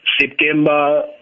September